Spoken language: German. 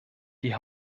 die